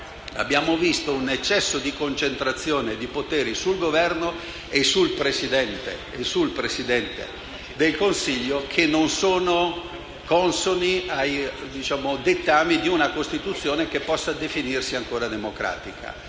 abbiamo visto un eccesso di concentrazione di poteri sul Governo e sul Presidente del Consiglio, che non sono consoni ai dettami di una Costituzione che possa definirsi ancora democratica.